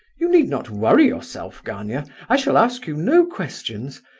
you need not worry yourself, gania i shall ask you no questions.